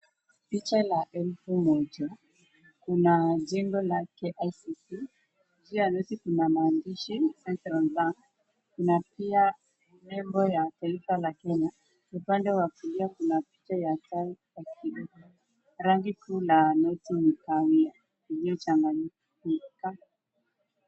Picha la elfu moja kuna jengo la KICC. Chini ya noti kuna maandishi Central Bank . Kuna pia nembo ya taifa la Kenya. Upande wa kulia kuna picha ya sanamu ya Kenyatta. Rangi kuu la noti ni kahawia iliyochanganyika